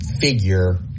figure